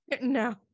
No